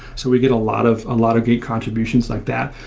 so we get a lot of ah lot of great contributions like that.